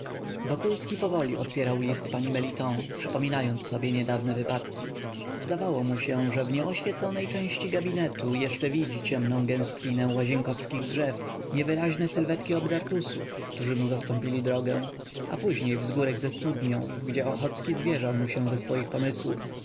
wokulski powoli otwierał list pani meliton przypominając sobie niedawne wypadki zdawało się mu że w nieoświetlonej części gabinetu jeszcze widzi ciemną gęstwinę łazienkowskich drzew niewyraźne sylwetki obdartusów którzy mu zastąpili drogę a później wzgórek ze studnią gdzie ochocki zwierzał mu się ze swych pomysłów